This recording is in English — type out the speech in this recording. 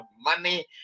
money